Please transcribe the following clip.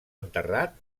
enterrat